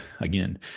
again